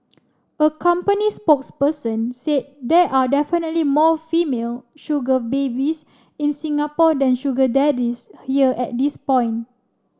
a company spokesperson said there are definitely more female sugar babies in Singapore than sugar daddies here at this point